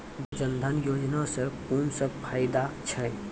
जनधन योजना सॅ कून सब फायदा छै?